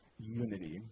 unity